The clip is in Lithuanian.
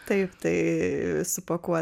taip tai supakuoti